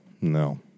No